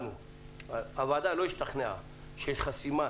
הוועדה לא השתכנעה שיש חסימה